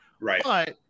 Right